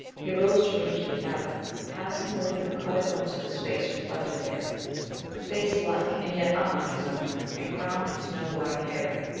he rose to re-enter the cabin, and, passing the window, caught a glimpse of his face reflected there a face like, and yet unlike, his own, and crowned with snow-white hair!